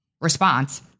response